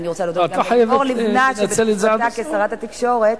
אני רוצה להודות, את לא חייבת לנצל את זה עד הסוף.